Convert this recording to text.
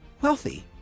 wealthy